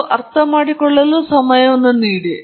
ನಾನು ಈಗ ಹೈಲೈಟ್ ಮಾಡಲು ಬಯಸಿದ ನಿರ್ಬಂಧಗಳಿಂದ ಮಾಡಿದ್ದೇವೆ